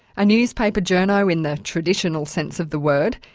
a newspaper journo in the traditional sense of the word,